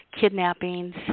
kidnappings